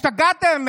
השתגעתם?